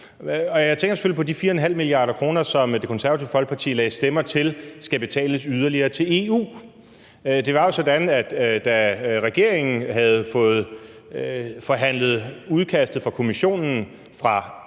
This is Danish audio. Jeg tænker selvfølgelig på de 4,5 mia. kr., som Det Konservative Folkeparti lagde stemmer til skal betales yderligere til EU. Det var jo sådan, at da regeringen havde fået forhandlet udkastet fra Kommissionen fra 5